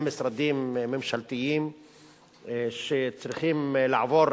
שני משרדים ממשלתיים שצריכים לעבור,